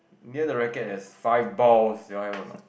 near the racket there's five balls yours have or not